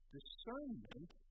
Discernment